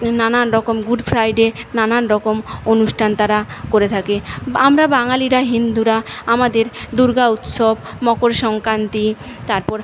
নানান রকম Good Friday নানান রকম অনুষ্ঠান তাঁরা করে থাকে আমরা বাঙালিরা হিন্দুরা আমাদের দুর্গা উৎসব মকর সংক্রান্তি তারপর